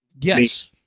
Yes